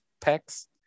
packs